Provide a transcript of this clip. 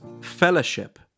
fellowship